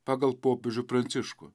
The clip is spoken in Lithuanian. pagal popiežių pranciškų